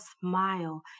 smile